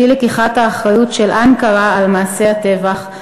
אי-לקיחת האחריות של אנקרה למעשי הטבח?